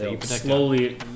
slowly